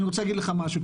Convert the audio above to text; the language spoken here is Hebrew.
אני רוצה להגיד לך משהו,